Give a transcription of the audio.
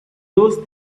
those